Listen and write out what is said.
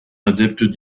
adepte